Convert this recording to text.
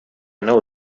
know